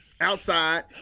outside